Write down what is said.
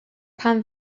pan